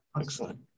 Excellent